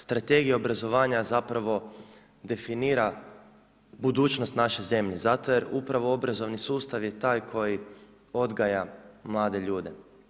Strategija obrazovanja zapravo definira budućnost naše zemlje zato jer upravo obrazovni sustav je taj koji odgaja mlade ljude.